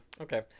Okay